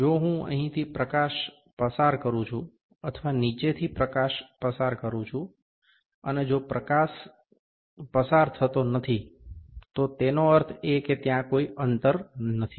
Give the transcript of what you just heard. જો હું અહીંથી પ્રકાશ પસાર કરું છું અથવા નીચેથી પ્રકાશ પસાક કરુ અને જો પ્રકાશ પસાર થતો નથી તો તેનો અર્થ એ કે ત્યાં કોઈ અંતર નથી